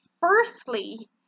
firstly